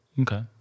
Okay